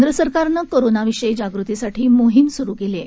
केंद्र सरकारनं कोरोनाविषयी जागृतीसाठी मोहीम सुरु केली आहे